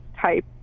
type